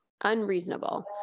unreasonable